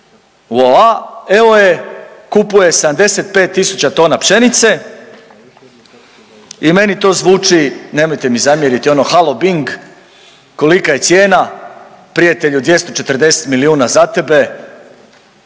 Voa evo je kupuje 75000 tona pšenice i meni to zvuči nemojte mi zamjeriti ono halo bing kolika je cijena. Prijatelju 240 milijuna za tebe.